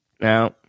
Now